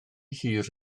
hir